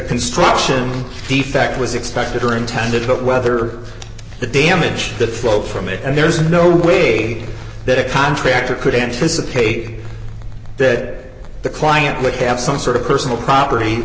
construction defect was expected or intended whether the damage that flow from it and there is no way that a contractor could anticipate that the client would have some sort of personal property